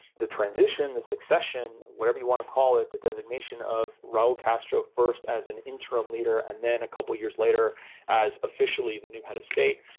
the transition, the succession, whatever you want to call it, the designation of raul castro first as an interim leader and then a couple of years later as officially the new head of state,